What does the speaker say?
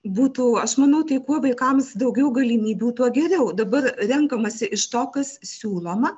būtų aš manau tai kuo vaikams daugiau galimybių tuo geriau dabar renkamasi iš to kas siūloma